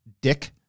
Dick